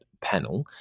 Panel